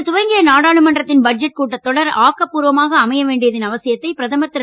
இன்று துவங்கிய நாடாளுமன்றத்தின் பட்ஜெட் கூட்டத் தொடர் ஆக்கபூர்வமாக அமைய வேண்டியதன் அவசியத்தை பிரதமர் திரு